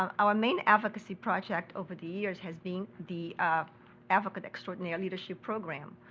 um our main advocacy project over the years has been the advocate extraordinaire leadership program.